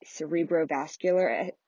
cerebrovascular